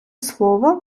слово